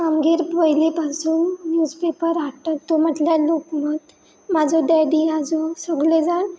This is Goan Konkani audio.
आमगेर पयली पासून न्यूजपेपर हाडटात तो म्हटल्यार लोकमत म्हाजो डॅडी आजो सगले जाण